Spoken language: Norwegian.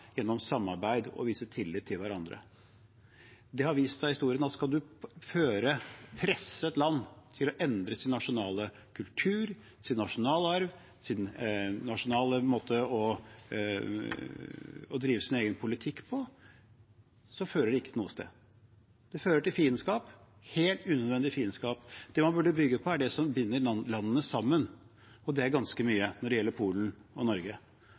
gjennom samarbeid og å vise tillit til hverandre. Det har vist seg opp gjennom historien at å presse et land til å endre sin nasjonale kultur, sin nasjonalarv og sin nasjonale måte å drive sin egen politikk på, ikke fører noe sted. Det fører til fiendskap, helt unødvendig fiendskap. Det man burde bygge på, er det som binder landene sammen, og det er ganske mye når det gjelder Polen og Norge.